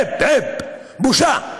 בושה.